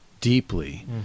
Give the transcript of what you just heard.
deeply